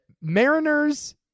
Mariners